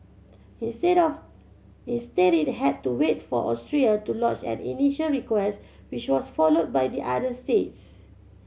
instead of instead it had to wait for Austria to lodge an initial request which was followed by the other states